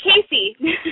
Casey